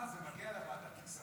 מה, זה מגיע לוועדת הכספים?